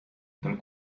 del